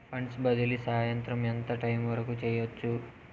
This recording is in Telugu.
ఫండ్స్ బదిలీ సాయంత్రం ఎంత టైము వరకు చేయొచ్చు